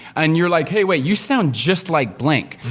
and you're like, hey, wait, you sound just like blank.